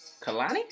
Kalani